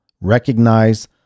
Recognize